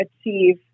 achieve